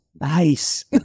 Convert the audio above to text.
nice